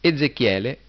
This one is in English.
Ezechiele